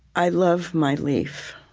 i love my leaf.